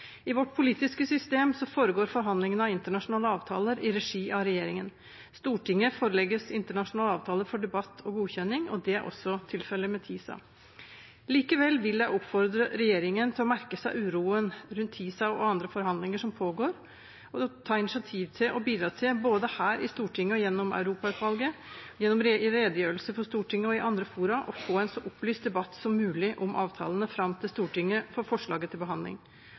I vårt politiske system foregår forhandlingene om internasjonale avtaler i regi av regjeringen. Stortinget forelegges internasjonale avtaler for debatt og godkjenning, og det er også tilfellet med TISA. Likevel vil jeg oppfordre regjeringen til å merke seg uroen rundt TISA og andre forhandlinger som pågår, og ta initiativ til og bidra til – både her i Stortinget og gjennom Europa-utvalget, gjennom redegjørelser for Stortinget og i andre fora – å få en så opplyst debatt som mulig om avtalene fram til Stortinget får forslaget til behandling.